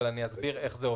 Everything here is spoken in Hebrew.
אבל אני אסביר איך זה עובד.